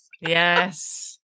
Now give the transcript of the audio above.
Yes